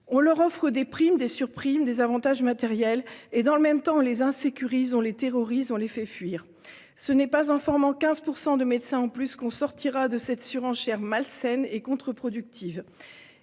On leur propose des primes, des surprimes, des avantages matériels, et dans le même temps on les insécurise, on les terrorise, on les fait fuir. Ce n'est pas en formant 15 % de médecins en plus qu'on sortira de cette surenchère malsaine et contre-productive.